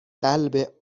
قلب